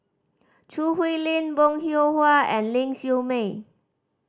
Choo Hwee Lim Bong Hiong Hwa and Ling Siew May